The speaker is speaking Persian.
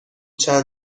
چند